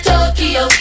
Tokyo